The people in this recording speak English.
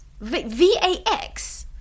V-A-X